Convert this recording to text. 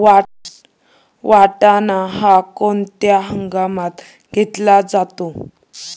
वाटाणा हा कोणत्या हंगामात घेतला जातो?